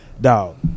dog